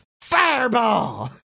fireball